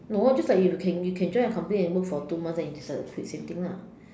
no just like you can you can join a company and work for two months then you start to quite same thing lah